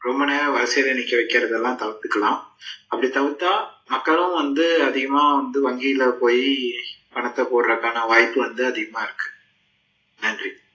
ரொம்ப நேரம் வரிசையில் நிற்க வைக்கிறதெல்லாம் தவிர்த்துக்கலாம் அப்படி தவிர்த்தால் மக்களும் வந்து அதிகமாக வந்து வங்கியில் போய் பணத்தை போடுறக்கான வாய்ப்பு வந்து அதிகமாக இருக்குது நன்றி